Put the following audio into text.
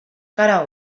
cara